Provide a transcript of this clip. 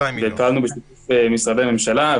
ופעלנו בשיתוף משרדי הממשלה,